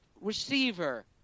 receiver